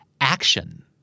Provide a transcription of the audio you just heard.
Action